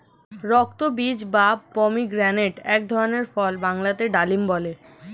রক্তবীজ বা পমিগ্রেনেটক এক ধরনের ফল বাংলাতে ডালিম বলে